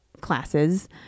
classes